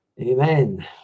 amen